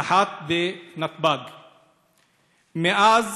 מאז